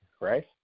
Right